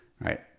right